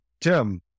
Tim